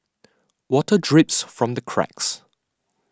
water drips from the cracks